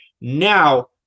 Now